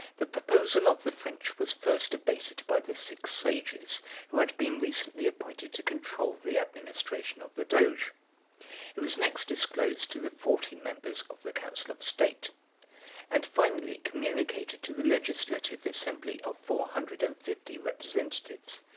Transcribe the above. the proposal of the french was first debated by the six sages who had been recently appointed to control the administration of the doge it was next disclosed to the forty members of the council of state and finally communicated to the legislative assembly of four hundred and fifty representatives,